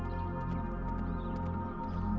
or